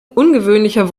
ungewöhnlicher